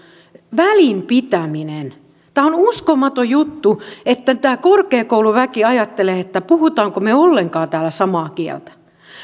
välittäminen tämä on uskomaton juttu että tämä korkeakouluväki miettii puhummeko me täällä ollenkaan samaa kieltä